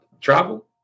travel